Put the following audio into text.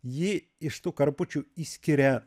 ji iš tų karpučių išskiria